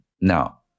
Now